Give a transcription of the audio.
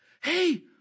Hey